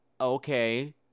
Okay